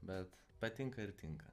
bet patinka ir tinka